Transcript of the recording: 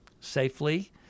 safely